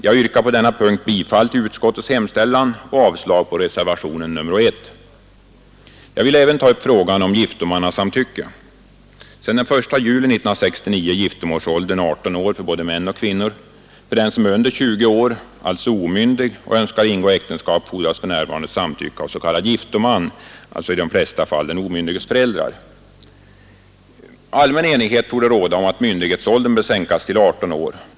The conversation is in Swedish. Jag yrkar på denna punkt bifall till utskottets hemställan och avslag på reservationen 1. Jag vill även ta upp frågan om giftomannasamtycke. Sedan den 1 juli 1969 är giftermålsåldern 18 år för både män och kvinnor. För den som är under 20 år, alltså omyndig, och önskar ingå äktenskap fordras för närvarande samtycke av s.k. giftoman, i de flesta fall den omyndiges föräldrar. Allmän enighet torde råda om att myndighetsåldern bör sänkas till 18 år.